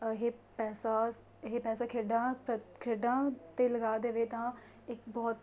ਇਹ ਪੈਸਾ ਇਹ ਪੈਸਾ ਖੇਡਾਂ ਪ੍ਰ ਖੇਡਾਂ 'ਤੇ ਲਗਾ ਦੇਵੇ ਤਾਂ ਇੱਕ ਬਹੁਤ